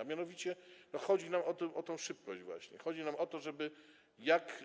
A mianowicie chodzi nam właśnie o tę szybkość, chodzi nam o to, żeby jak